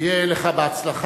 שיהיה לך בהצלחה,